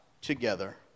together